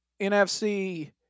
NFC